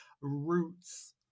roots